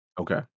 Okay